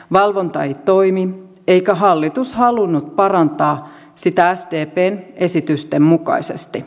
valvonta ei toimi eikä hallitus halunnut parantaa sitä sdpn esitysten mukaisesti